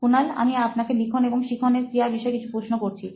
কুনাল আমি আপনাকে লিখন এবং শিখন এর ক্রিয়ার বিষয়ে কিছু প্রশ্ন করছি